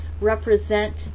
represent